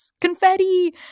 confetti